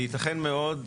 יתכן מאוד,